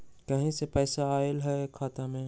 कहीं से पैसा आएल हैं खाता में?